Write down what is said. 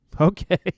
okay